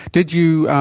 did you